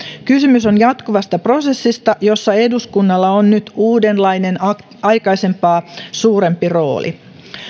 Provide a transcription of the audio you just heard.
kysymys on jatkuvasta prosessista jossa eduskunnalla on nyt uudenlainen aikaisempaa suurempi rooli